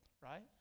right